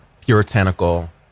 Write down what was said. puritanical